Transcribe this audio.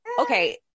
Okay